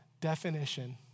definition